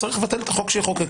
יש לבטל את החוק שחוקקה.